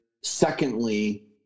Secondly